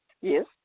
Yes